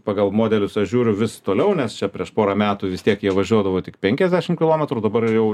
pagal modelius aš žiūriu vis toliau nes čia prieš porą metų vis tiek jie važiuodavo tik penkiasdešimt kilometrų dabar jau